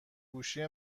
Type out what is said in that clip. گوشی